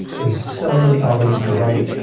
there are so many algorithms to write.